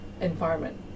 environment